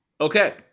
Okay